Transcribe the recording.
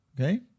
Okay